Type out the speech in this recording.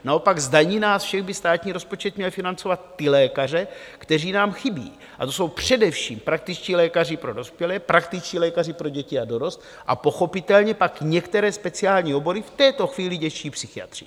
Naopak z daní nás všech by státní rozpočet měl financovat ty lékaře, kteří nám chybí, a to jsou především praktičtí lékaři pro dospělé, praktičtí lékaři pro děti a dorost a pochopitelně pak některé speciální obory, v této chvíli dětští psychiatři.